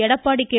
Edappadi K